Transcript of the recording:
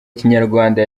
kinyarwanda